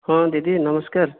ହଁ ଦିଦି ନମସ୍କାର